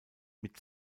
mit